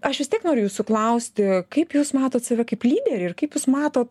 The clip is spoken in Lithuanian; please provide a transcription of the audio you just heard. aš vis tiek noriu jūsų klausti kaip jūs matot save kaip lyderį ir kaip jūs matot